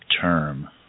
term